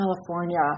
California